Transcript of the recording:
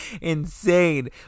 insane